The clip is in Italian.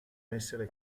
essere